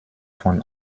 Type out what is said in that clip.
von